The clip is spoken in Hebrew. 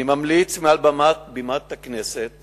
אני ממליץ מעל בימת הכנסת